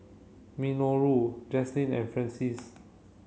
Minoru Jaclyn and Francies